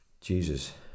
Jesus